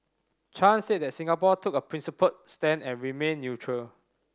Chan said that Singapore took a principled stand and remained neutral